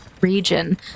region